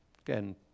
Again